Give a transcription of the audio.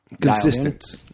consistent